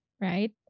right